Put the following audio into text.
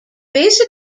basic